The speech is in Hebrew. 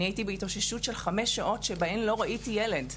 הייתי בהתאוששות של חמש שעות בהם לא ראיתי ילד,